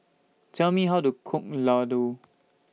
Tell Me How to Cook Ladoo